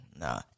Nah